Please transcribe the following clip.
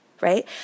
right